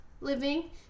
living